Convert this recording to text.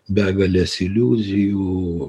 begalės iliuzijų